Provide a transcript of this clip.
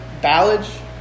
Ballage